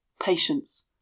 patience